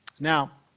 now,